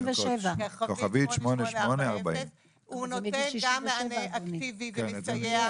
8840*. זה מה שהיא אמרה שזה מגיל 67. הוא נותן גם מענה אקטיבי ומסייע.